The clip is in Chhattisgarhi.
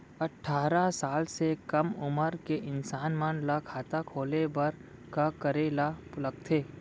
अट्ठारह साल से कम उमर के इंसान मन ला खाता खोले बर का करे ला लगथे?